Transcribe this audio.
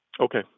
Okay